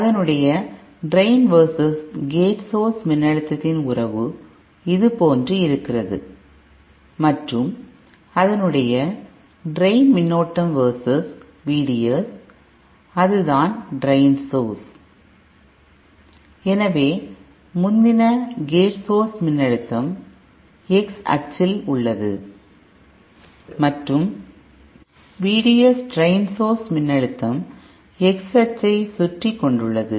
அதனுடைய drain versus gate source மின்னழுத்தத்தின் உறவு இது போன்று இருக்கிறது மற்றும் அதனுடைய டிரெயின் மின்னோட்டம் வெர்சஸ் VDS அதுதான் டிரெயின் சோர்ஸ் எனவே முந்தின 1 கேட் சோர்ஸ் மின்னழுத்தம் x அச்சில் உள்ளது மற்றும் VDS டிரெயின் சோர்ஸ் மின்அழுத்தம் x அச்சைச் சுற்றிக் கொண்டுள்ளது